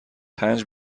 پنج